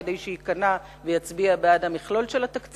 כדי שייכנס ויצביע בעד המכלול של התקציב,